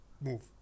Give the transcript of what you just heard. move